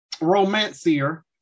romancier